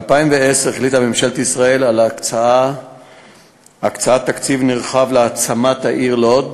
על הקצאת תקציב נרחב להעצמת העיר לוד